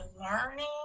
learning